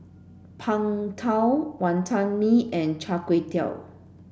Png Tao Wonton Mee and Char Kway Teow